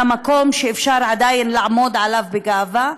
על המקום שאפשר עדיין לעמוד עליו בגאווה,